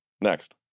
Next